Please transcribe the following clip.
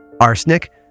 Arsenic